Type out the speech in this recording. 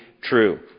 true